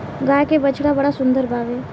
गाय के बछड़ा बड़ा सुंदर बावे